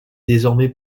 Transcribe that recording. désormais